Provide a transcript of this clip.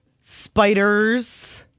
spiders